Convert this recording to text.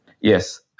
Yes